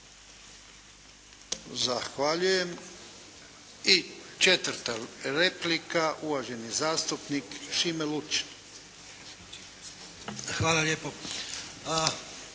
Zahvaljujem. I četvrta replika, uvaženi zastupnik Šime Lučin. **Lučin,